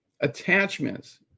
Attachments